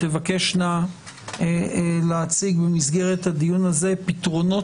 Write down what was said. תבקשנה להציג במסגרת הדיון הזה פתרונות